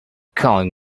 calling